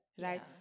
right